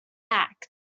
act